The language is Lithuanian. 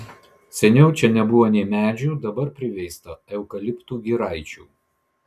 seniau čia nebuvo nė medžių dabar priveista eukaliptų giraičių